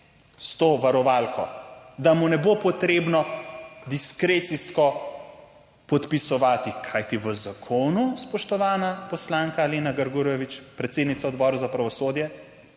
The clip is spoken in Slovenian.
s to varovalko, da mu ne bo potrebno diskrecijsko podpisovati, kajti v zakonu, spoštovana poslanka Lena Grgurevič, predsednica Odbora za pravosodje,